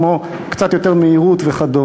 כמו מהירות גבוהה קצת וכדומה.